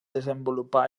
desenvolupà